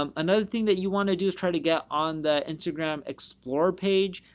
um another thing that you want to do is try to get on the instagram explore page.